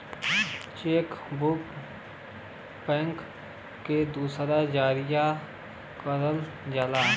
check book bank के द्वारा जारी करल जाला